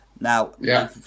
Now